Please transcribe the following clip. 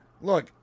look